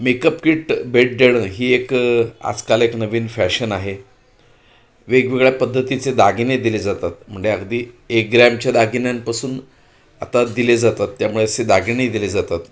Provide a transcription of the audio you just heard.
makeup kit भेट देणं ही एक आजकाल एक नवीन फॅशन आहे वेगवेगळ्या पद्धतीचे दागिने दिले जातात म्हणजे अगदी एक ग्रॅमच्या दागिन्यांपासून आता दिले जातात त्यामुळे असे दागिने दिले जातात